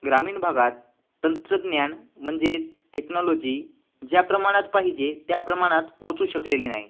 ग्रामीण भागात तंत्रज्ञान म्हणजेच टेक्नॉलॅाजी ज्या प्रमाणात पाहिजे त्या प्रमाणात पोहचू शकलेली नाही